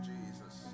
Jesus